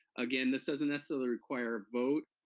again, this doesn't necessarily require a vote,